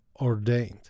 ordained